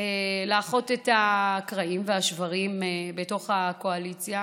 לאחות את הקרעים והשברים בתוך הקואליציה